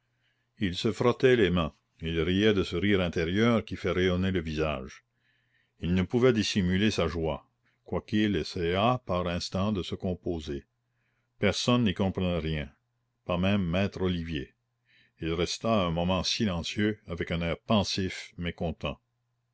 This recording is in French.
il se frottait les mains il riait de ce rire intérieur qui fait rayonner le visage il ne pouvait dissimuler sa joie quoiqu'il essayât par instants de se composer personne n'y comprenait rien pas même maître olivier il resta un moment silencieux avec un air pensif